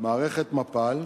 מערכת מפ"ל,